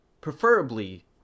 preferably